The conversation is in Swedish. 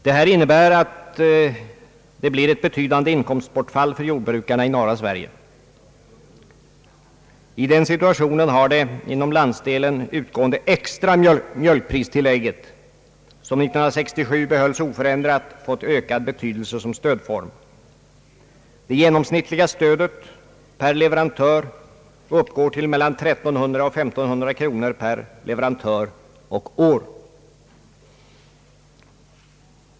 Detta innebär ett betydande inkomstbortfall för jordbrukarna i norra Sverige. I den situationen har det inom landsdelen utgående extra mjölkpristillägget, som 1967 behölls oförändrat, fått ökad betydelse såsom stödform. Det genomsnittliga stödet uppgår till 1300—1 300 kronor per leverantör och år.